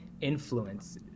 influence